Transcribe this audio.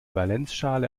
valenzschale